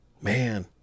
Man